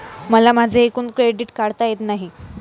मला माझे एकूण क्रेडिट काढता येत नाही